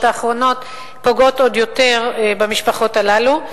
האחרונות פוגעות עוד יותר במשפחות הללו.